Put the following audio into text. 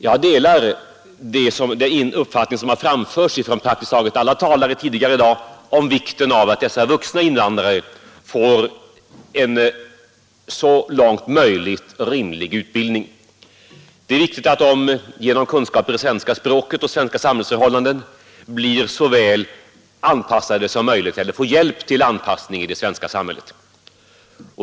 Jag delar den uppfattning som framförts från praktiskt taget alla tidigare talare i dag om vikten av att dessa vuxna invandrare får en så långt möjligt rimlig utbildning. Det är viktigt att de genom kunskaper i svenska språket och om svenska samhällsförhållanden får hjälp till anpassning i det svenska samhället.